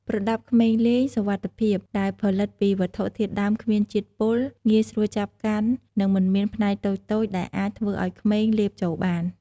ប្រដាប់ក្មេងលេងសុវត្ថិភាពដែលផលិតពីវត្ថុធាតុដើមគ្មានជាតិពុល ងាយស្រួលចាប់កាន់ និងមិនមានផ្នែកតូចៗដែលអាចធ្វើឲ្យក្មេងលេបចូលបាន។